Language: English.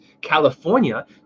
California